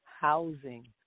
housing